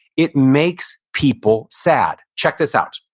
it makes people sad check this out.